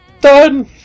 Done